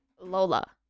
Lola